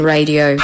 Radio